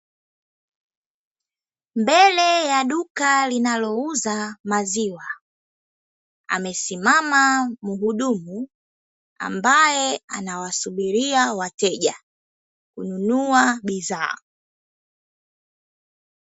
Mbele ya duka linalouza maziwa, amesimama mhudumu, ambaye anawasubiria wateja kununua bidhaa.